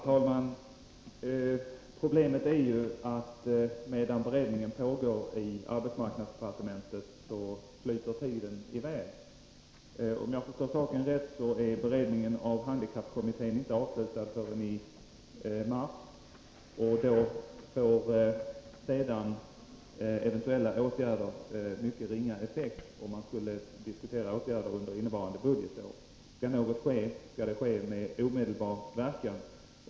Herr talman! Problemet är att tiden rinner hän medan beredningen pågår i arbetsmarknadsdepartementet. Om jag förstått saken rätt avslutas inte beredningen av handikappkommittén förrän i mars. Eventuella åtgärder får därefter mycket ringa effekt, om man skulle diskutera åtgärder under innevarande budgetår. Om något skall ske skall det genomföras med omedelbar verkan.